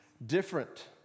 Different